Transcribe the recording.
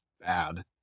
bad